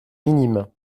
minimes